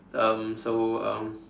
um so um